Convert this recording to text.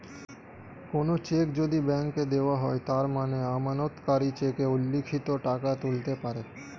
কোনো চেক যদি ব্যাংকে দেওয়া হয় তার মানে আমানতকারী চেকে উল্লিখিত টাকা তুলতে পারে